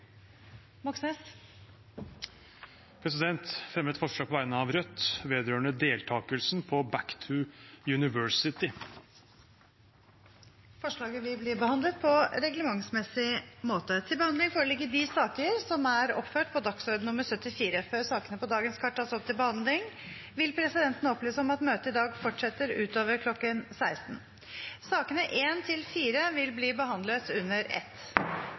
Moxnes vil fremsette et representantforslag. Jeg vil fremme et forslag på vegne av Rødt vedrørende deltakelse på arrangementet «Back to University» fra offentlige institusjoner. Forslaget vil bli behandlet på reglementsmessig måte. Før sakene på dagens kart tas opp til behandling, vil presidenten opplyse om at møtet i dag fortsetter utover kl. 16. Sakene nr. 1–4 vil bli behandlet under ett.